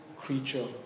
creature